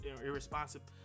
irresponsible –